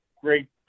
great